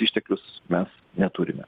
išteklius mes neturime